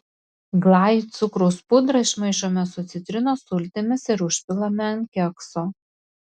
glajui cukraus pudrą išmaišome su citrinos sultimis ir užpilame ant kekso